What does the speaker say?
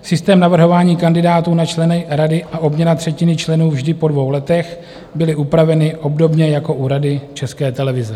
Systém navrhování kandidátů na členy rady a obměna třetiny členů vždy po dvou letech byly upraveny obdobně jako u Rady České televize.